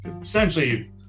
essentially